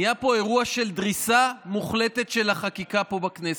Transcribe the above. נהיה פה אירוע של דריסה מוחלטת של החקיקה פה בכנסת.